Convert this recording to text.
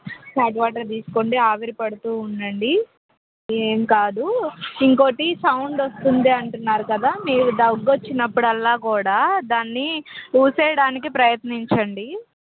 hot water తీసుకోండి ఆవిరి పడుతు ఉండండి ఏమి కాదు ఇంకోటి సౌండ్ వస్తుంది అంటున్నారు కదా మీరు దగ్గు వచ్చినప్పుడల్లా కూడా దాన్ని ఉప్పేయడానికి ప్రయత్నించండి